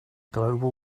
global